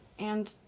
and.